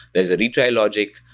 there's a retry logic.